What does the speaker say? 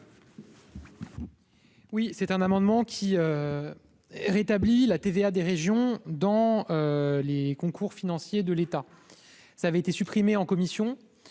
Oui, c'est un amendement qui rétablit la TVA des régions dans les. Concours financier de l'État, ça avait été supprimé en commission,